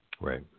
Right